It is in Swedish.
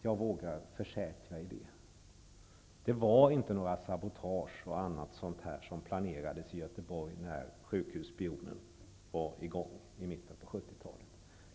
Det vågar jag försäkra er. Det planerades inte några sabotage och annat i Göteborg, när sjukhusspionen var verksam i början av 70-talet.